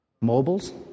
Mobiles